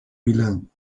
milán